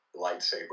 lightsaber